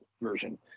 version